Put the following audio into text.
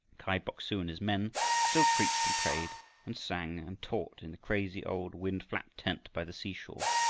kai bok-su and his men still preached and prayed and sang and taught in the crazy old wind-flapped tent by the seashore,